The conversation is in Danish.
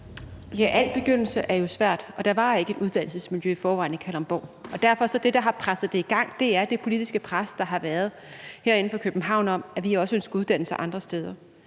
(V): Al begyndelse er jo svær, og der var ikke et uddannelsesmiljø i forvejen i Kalundborg. Derfor er det, der har presset det i gang, det politiske pres, der har været herinde fra København for, at vi også ønsker uddannelser andre steder.